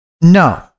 No